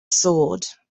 sword